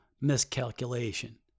miscalculation